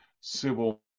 civil